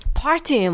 party